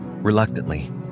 Reluctantly